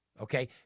okay